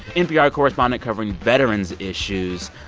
npr correspondent covering veterans' issues.